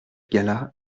gala